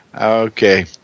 Okay